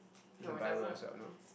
the Bible as well no